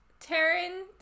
Taryn